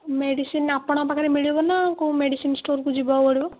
medicine ଆପଣଙ୍କ ପାଖରେ ମିଳିବ ନା କେଉଁ ମେଡ଼ିସିନ୍ ଷ୍ଟୋର୍କୁ ଯିବାକୁ ପଡ଼ିବ